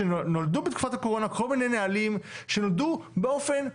שנולדו בתקופת הקורונה כל מיני נהלים שנולדו באופן חריג,